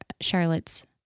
Charlotte's